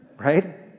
right